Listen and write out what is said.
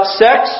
sex